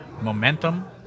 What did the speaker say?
momentum